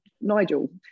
Nigel